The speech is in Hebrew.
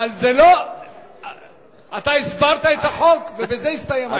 אתה הסברת את החוק ובזה הסתיים העניין.